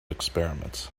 experiments